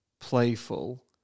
playful